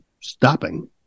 stopping